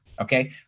Okay